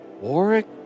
Warwick